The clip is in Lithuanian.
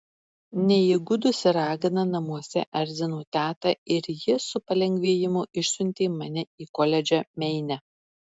neįgudusi ragana namuose erzino tetą ir ji su palengvėjimu išsiuntė mane į koledžą meine